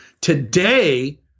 Today